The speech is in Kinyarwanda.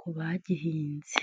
ku bagihinze.